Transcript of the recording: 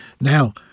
Now